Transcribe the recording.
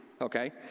Okay